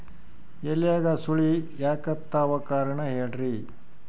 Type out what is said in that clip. ಎಲ್ಯಾಗ ಸುಳಿ ಯಾಕಾತ್ತಾವ ಕಾರಣ ಹೇಳ್ರಿ?